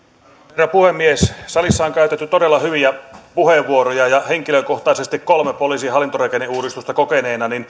herra puhemies salissa on käytetty todella hyviä puheenvuoroja ja henkilökohtaisesti kolme poliisin hallintorakenneuudistusta kokeneena